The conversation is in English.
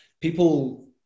people